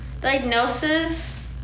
diagnosis